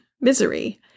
Misery